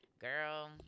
Girl